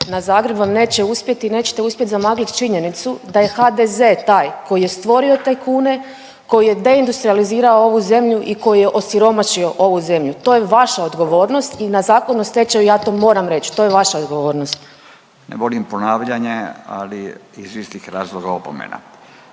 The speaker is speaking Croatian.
na Zagreb vam neće uspjeti i nećete uspjeti zamagliti činjenicu da je HDZ taj koji je stvorio tajkune, koji je deindustrijalizirao ovu zemlju i koji je osiromašio ovu zemlju. To je vaša odgovornost i na Zakonu o stečaju ja to moram reći, to je vaša odgovornost. **Radin, Furio (Nezavisni)** Ne volim ponavljanje, ali iz istih razloga opomena.